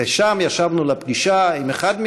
ושם ישבנו לפגישה עם אחד,